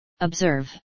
observe